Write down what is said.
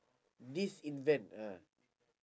disinvent ah